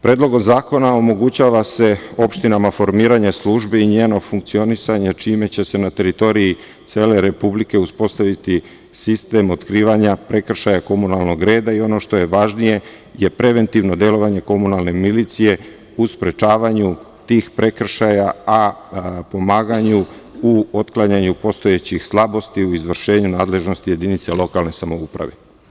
Predlogom zakona omogućava se opštinama formiranje službi i njeno funkcionisanje čime će se na teritoriji cele Republike uspostaviti sistem otkrivanja prekršaja komunalnog reda i ono što je važnije je preventivno delovanje komunalne milicije u sprečavanju tih prekršaja, a pomaganju u otklanjanju postojećih slabosti u izvršenju nadležnosti jedinica lokalne samouprave.